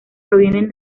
provienen